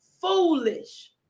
foolish